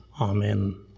amen